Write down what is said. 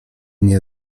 nie